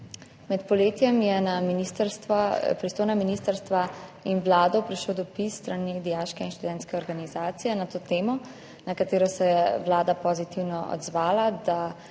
Med poletjem je na pristojna ministrstva in Vlado prišel dopis s strani dijaške in študentske organizacije na to temo, na katerega se je Vlada pozitivno odzvala, da